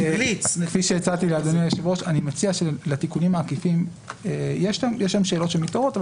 בתיקונים העקיפים יש שם שאלות שמתעוררות,